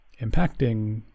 impacting